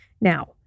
Now